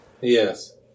Yes